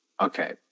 Okay